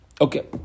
Okay